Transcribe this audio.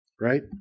right